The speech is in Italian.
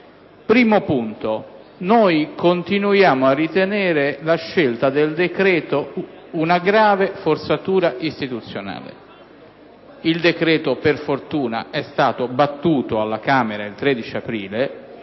primo punto è che noi continuiamo a ritenere la scelta del decreto-legge una grave forzatura istituzionale. Il decreto-legge, per fortuna, è stato respinto alla Camera il 13 aprile,